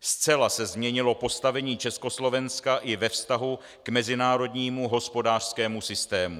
Zcela se změnilo postavení Československa i ve vztahu k mezinárodnímu hospodářskému systému.